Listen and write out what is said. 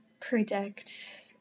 predict